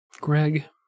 Greg